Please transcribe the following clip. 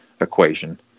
equation